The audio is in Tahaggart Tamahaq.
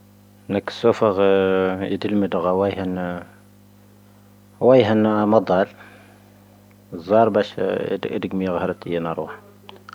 ⵏⴰⴽⴻ ⵙoⴼⴰⵇ ⴻⴷⵉⵍ ⵎⴻⴷⴰⵇ, ⵡⴰⵉⵀⴰⴰⵏ ⵎⴰⴷⴰⵔ,. ⵣⴰⵔⴱⴰⵇ ⴻⴷⵉⴳⵎⵉ ⴰⴳⴰ ⵀⴰⵔⴰⵜⵉⵢⴰⵏ ⴰⵔⵡⴰ.